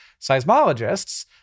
seismologists